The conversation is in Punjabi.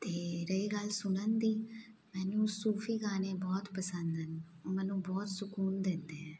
ਅਤੇ ਰਹੀ ਗੱਲ ਸੁਣਨ ਦੀ ਮੈਨੂੰ ਸੂਫੀ ਗਾਣੇ ਬਹੁਤ ਪਸੰਦ ਹਨ ਉਹ ਮੈਨੂੰ ਬਹੁਤ ਸੁਕੂਨ ਦਿੰਦੇ ਹੈ